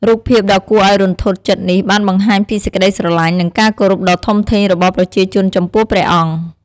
រូបភាពដ៏គួរឱ្យរន្ធត់ចិត្តនេះបានបង្ហាញពីសេចក្ដីស្រឡាញ់ និងការគោរពដ៏ធំធេងរបស់ប្រជាជនចំពោះព្រះអង្គ។